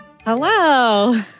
Hello